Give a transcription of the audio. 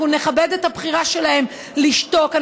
אנחנו נכבד את הבחירה שלהם לשתוק,